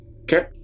Okay